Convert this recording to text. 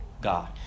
God